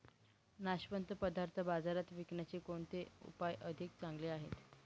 नाशवंत पदार्थ बाजारात विकण्याचे कोणते उपाय अधिक चांगले आहेत?